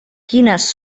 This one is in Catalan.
quines